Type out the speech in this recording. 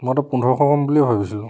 মইতো পোন্ধৰশ মান বুলি ভাবিছিলোঁ